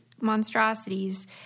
monstrosities